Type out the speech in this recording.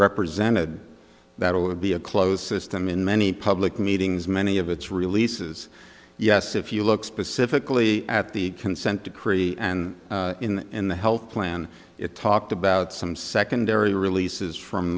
represented that it would be a closed system in many public meetings many of its releases yes if you look specifically at the consent decree and in the in the health plan it talked about some secondary releases from